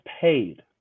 paid